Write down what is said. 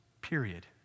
period